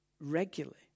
regularly